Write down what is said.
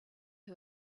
who